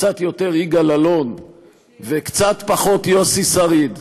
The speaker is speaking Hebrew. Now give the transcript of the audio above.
קצת יותר יגאל אלון וקצת פחות יוסי שריד.